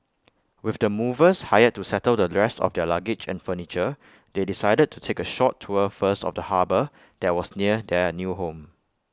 with the movers hired to settle the rest of their luggage and furniture they decided to take A short tour first of the harbour that was near their new home